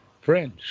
friends